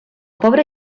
pobre